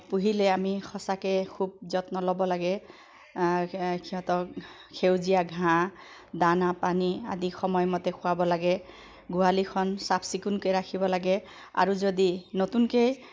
পুহিলে আমি সঁচাকৈ খুব যত্ন ল'ব লাগে সিহঁতক সেউজীয়া ঘাঁহ দানা পানী আদি সময়মতে খুৱাব লাগে গোহালিখন চাফ চিকুণকৈ ৰাখিব লাগে আৰু যদি নতুনকৈ